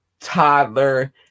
toddler